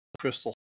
Crystal